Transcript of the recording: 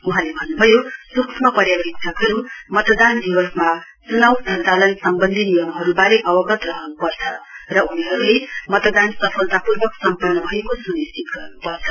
वहाँले भन्नुभयो सूक्ष्म पर्यावेक्षकहरू मतदान दिवसमा चुनाउ सञ्चालन सम्बन्धी नियमहरूबारे अवगत रहनु पर्छ र उनीहरूले मतदान सफलतापूर्वक सम्पन्न भएको सुनिश्चित गर्नुपर्छ